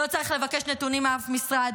לא צריך לבקש נתונים מאף משרד.